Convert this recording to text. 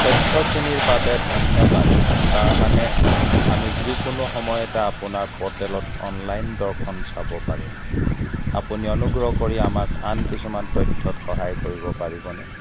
তথ্যখিনিৰ বাবে ধন্যবাদ তাৰমানে আমি যিকোনো সময়তে আপোনাৰ পৰ্টেলত অনলাইন দৰ্শন চাব পাৰিম আপুনি অনুগ্ৰহ কৰি আমাক আন কিছুমান তথ্যত সহায় কৰিব পাৰিবনে